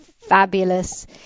fabulous